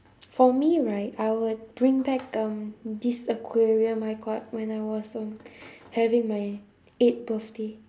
for me right I would bring back um this aquarium I got when I was um having my eighth birthday